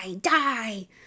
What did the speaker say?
die